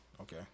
okay